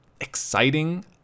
exciting